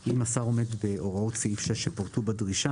אם השר עומד בהוראות סעיף 6 שפורטו בדרישה